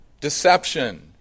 Deception